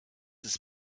ist